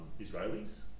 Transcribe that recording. Israelis